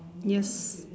yes